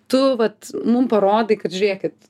tu vat mum parodai kad žiūrėkit